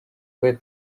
kandi